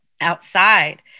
outside